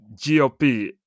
GOP